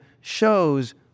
shows